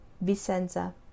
Vicenza